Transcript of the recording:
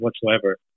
whatsoever